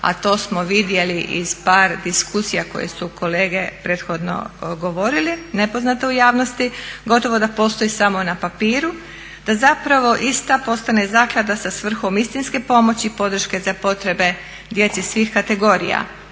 a to smo vidjeli iz par diskusija koje su kolege prethodno govorili, nepoznata u javnosti, gotovo da postoji samo na papiru. Da zapravo ista postane zaklada sa svrhom istinske pomoći i podrške za potrebe djece svih kategorija,